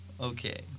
Okay